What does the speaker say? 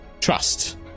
trust